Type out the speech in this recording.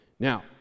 Now